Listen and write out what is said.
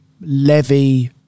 levy